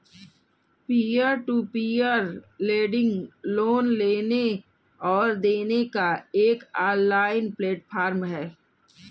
peer to peer lending loan लेने और देने का एक ऑनलाइन प्लेटफ़ॉर्म है